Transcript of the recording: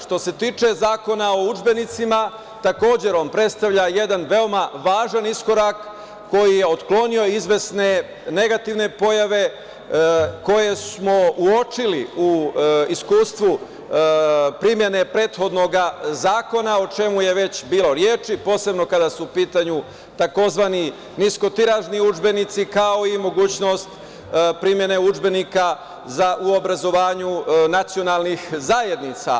Što se tiče Zakona o udžbenicima, takođe, on predstavlja jedan veoma važan iskorak koji je otklonio izvesne negativne pojave koje smo uočili u iskustvu primene prethodnog zakona, o čemu je već bilo reči, posebno kada su u pitanju tzv. niskotiražni udžbenici, kao i mogućnost primene udžbenika u obrazovanju nacionalnih zajednica.